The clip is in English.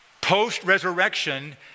post-resurrection